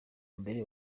mbere